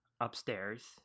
Upstairs